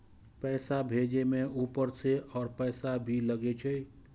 पैसा भेजे में ऊपर से और पैसा भी लगे छै?